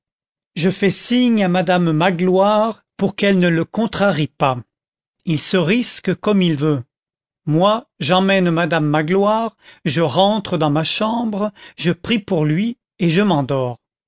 je fais signe à madame magloire pour qu'elle ne le contrarie pas il se risque comme il veut moi j'emmène madame magloire je rentre dans ma chambre je prie pour lui et je m'endors